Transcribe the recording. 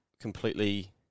completely